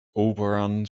auberon